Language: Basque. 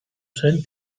zen